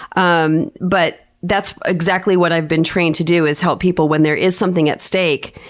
um but that's exactly what i've been trained to do is help people when there is something at stake,